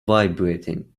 vibrating